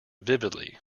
vividly